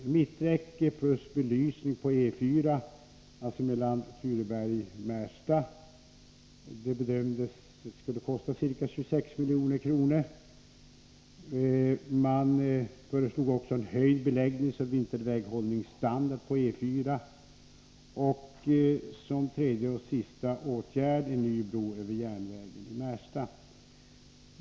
Ett mitträcke plus belysning på E 4, alltså mellan Tureberg och Märsta, bedömdes kosta ca 26 milj.kr. Man föreslog också höjd beläggningsoch vinterväghållningsstandard på E 4 och som tredje och sista åtgärd en ny bro över järnvägen i Märsta.